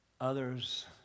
others